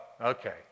okay